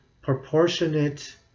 proportionate